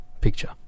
picture